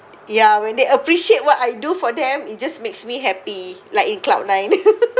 ya when they appreciate what I do for them it just makes me happy like in cloud nine